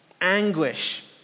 anguish